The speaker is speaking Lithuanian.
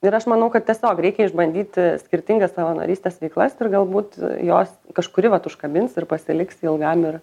ir aš manau kad tiesiog reikia išbandyti skirtingas savanorystės veiklas ir galbūt jos kažkuri vat užkabins ir pasiliksi ilgam ir